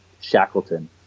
Shackleton